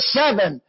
seven